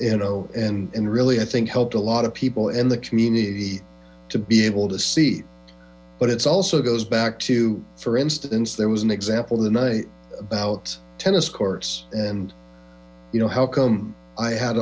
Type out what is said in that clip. you know and really i think helped a lot of people in the community to be able to see but also goes back to for instance there was an example the night about tennis courts and you know how come i had